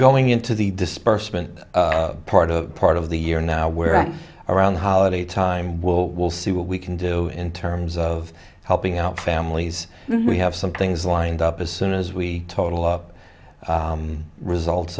going into the dispersement part of part of the year now we're right around the holiday time well we'll see what we can do in terms of helping out families we have some things lined up as soon as we total up results